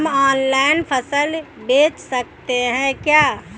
हम ऑनलाइन फसल बेच सकते हैं क्या?